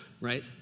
right